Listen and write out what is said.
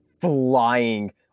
flying